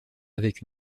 avec